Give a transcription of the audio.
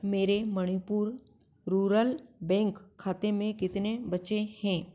मेरे Manipur rural bank खाते में कितने बचे हैं